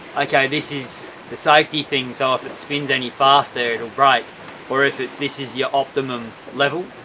okay, this is the safety thing so if it spins any faster it'll break or if it's this is your optimum level,